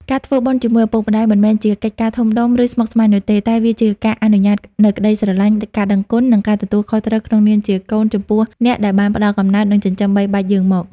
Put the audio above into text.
ការ ធ្វើបុណ្យជាមួយឪពុកម្ដាយ មិនមែនជាកិច្ចការធំដុំ ឬស្មុគស្មាញនោះទេ តែជាការអនុវត្តនូវក្តីស្រឡាញ់ ការដឹងគុណ និងការទទួលខុសត្រូវក្នុងនាមជាកូនចំពោះអ្នកដែលបានផ្តល់កំណើត និងចិញ្ចឹមបីបាច់យើងមក។